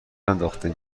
ننداختم